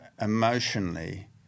emotionally